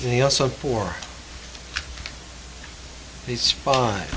he also for these five